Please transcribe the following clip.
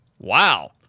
Wow